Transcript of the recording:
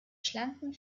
schlanken